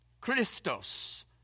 Christos